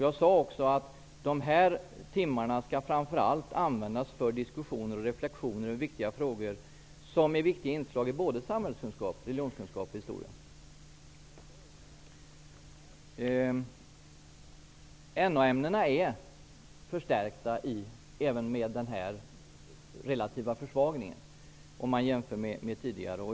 Jag sade också att dessa timmar framför allt skall användas för diskussioner och reflexioner över viktiga frågor som är viktiga inslag i både samhällskunskap, religionskunskap och historia. NO-ämnena är förstärkta även med den här relativa försvagningen om man jämför med tidigare.